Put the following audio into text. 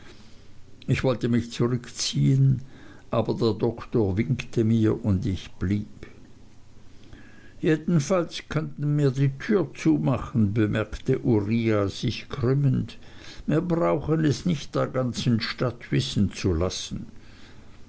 ich wollte mich zurückziehen aber der doktor winkte mir und ich blieb jedenfalls könnten mir die tür zumachen bemerkte uriah sich krümmend mir brauchen es nicht der ganzen stadt wissen zu lassen